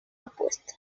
apuesta